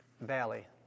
valley